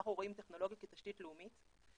אנחנו רואים טכנולוגיה כתשתית לאומית.